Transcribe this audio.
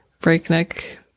Breakneck